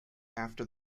after